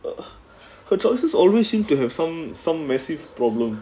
her her choices always seem to have some some massive problem